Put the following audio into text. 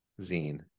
zine